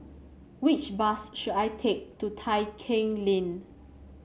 which bus should I take to Tai Keng Lane